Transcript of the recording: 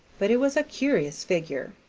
but it was a curi's figure.